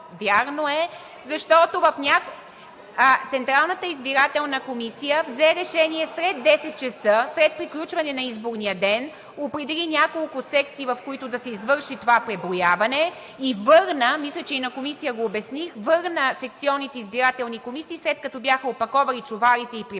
Вярно е, защото Централната избирателна комисия взе решение след 10,00 ч. – след приключване на изборния ден, определи няколко секции, в които да се извърши това преброяване, и върна, мисля, че и на комисия го обясних, върна секционните избирателни комисии, след като бяха опаковали чувалите и прибрали